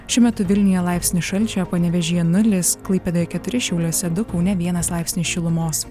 šiuo metu vilniuje laipsnis šalčio panevėžyje nulis klaipėdoje keturi šiauliuose du kaune vienas laipsnis šilumos